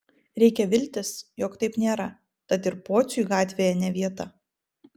reikia viltis jog taip nėra tad ir pociui gatvėje ne vieta